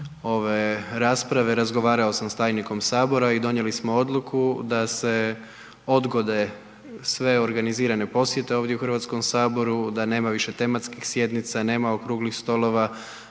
ove rasprave razgovarao sam s tajnikom Sabora i donijeli smo odluku da se odgode sve organizirane posjete ovdje u HS-u, da nema više tematskih sjednica, nema okruglih stolova,